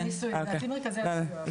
לדעתי מרכזי הסיוע אבל נעשה ניסוי.